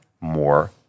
more